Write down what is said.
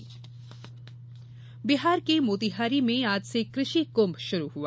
कृषि कुम्भ बिहार के मोतिहारी में आज से कृषि कुंभ शुरू हुआ